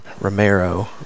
Romero